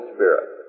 Spirit